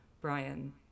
Brian